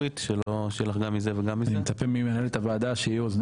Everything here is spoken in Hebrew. תודה רבה לכולם.